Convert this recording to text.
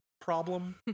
problem